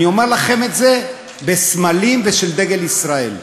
אני אומר לכם את זה, של הסמלים ושל דגל ישראל.